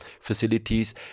facilities